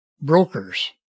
brokers